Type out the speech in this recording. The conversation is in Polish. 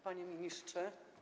Panie Ministrze!